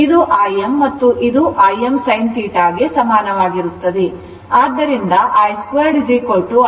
ಇದು Im ಮತ್ತು ಇದು Im sinθ ಗೆ ಸಮಾನವಾಗಿರುತ್ತದೆ